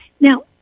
Now